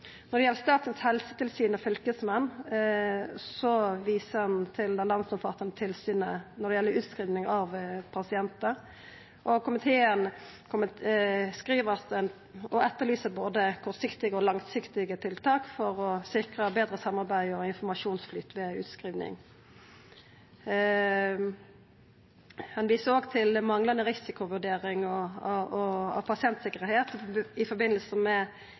Når det gjeld Statens helsetilsyn og fylkesmennene, viser komiteen til det landsomfattande tilsynet når det gjeld utskriving av pasientar, og etterlyser både kortsiktige og langsiktige tiltak for å sikra betre samarbeid og informasjonsflyt ved utskriving. Komiteen viser òg til manglande risikovurdering og pasientsikkerheit i forbindelse med